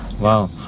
wow